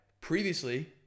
previously